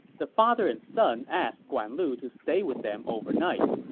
the father and son asked guan lu to stay with them overnight.